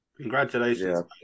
Congratulations